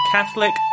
Catholic